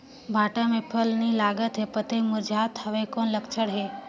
भांटा मे फल नी लागत हे पतई मुरझात हवय कौन लक्षण हे?